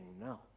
No